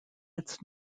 its